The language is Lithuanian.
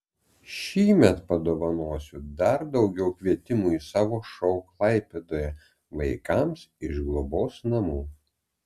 šįmet padovanosiu dar daugiau kvietimų į savo šou klaipėdoje vaikams iš globos namų